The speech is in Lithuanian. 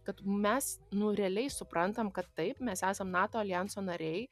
kad mes nu realiai suprantam kad taip mes esam nato aljanso nariai